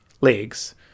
legs